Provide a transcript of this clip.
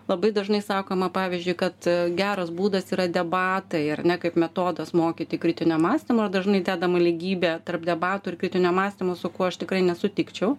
labai dažnai sakoma pavyzdžiui kad geras būdas yra debatai ar ne kaip metodas mokyti kritinio mąstymo ir dažnai dedama lygybė tarp debatų ir kritinio mąstymo su kuo aš tikrai nesutikčiau